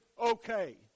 okay